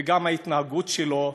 וגם ההתנהגות שלו,